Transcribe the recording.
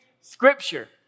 scripture